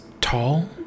tall